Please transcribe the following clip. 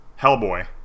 Hellboy